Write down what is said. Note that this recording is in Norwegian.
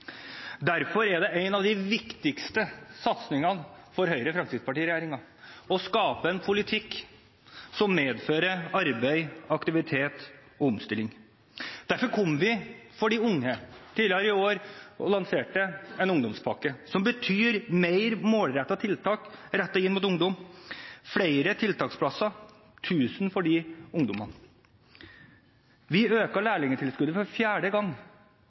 Derfor er en av de viktigste satsingene for Høyre–Fremskrittsparti-regjeringen å skape en politikk som medfører arbeid, aktivitet og omstilling. Derfor lanserte vi tidligere i år en ungdomspakke som betyr mer målrettede tiltak rettet inn mot ungdom, flere tiltaksplasser – 1 000 stykker. Vi økte lærlingtilskuddet for fjerde gang,